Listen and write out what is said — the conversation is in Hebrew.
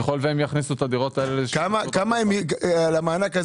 ככל והם יכניסו את הדירות האלה לשוק הדירות השכורות.